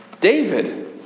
David